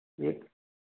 एक